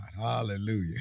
Hallelujah